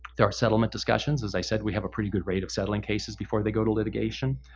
there are settlement discussions. as i said we have a pretty good rate of settling cases before they go to litigation.